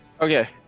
Okay